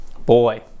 Boy